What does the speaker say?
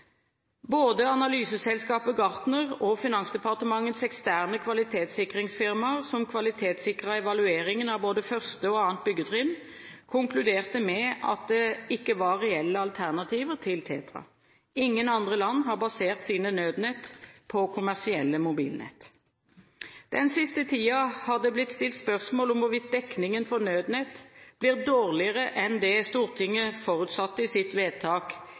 Både analyseselskapet Gartner og Finansdepartementets eksterne kvalitetssikringsfirmaer som kvalitetssikret evalueringen av både første og andre byggetrinn, konkluderte med at det ikke var reelle alternativer til TETRA. Ingen andre land har basert sine nødnett på kommersielle mobilnett. Den siste tiden har det blitt stilt spørsmål om hvorvidt dekningen for Nødnett blir dårligere enn det Stortinget forutsatte i sitt vedtak